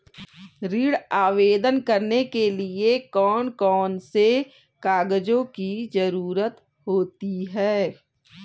ऋण आवेदन करने के लिए कौन कौन से कागजों की जरूरत होती है?